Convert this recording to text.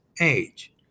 age